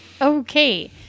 Okay